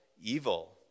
evil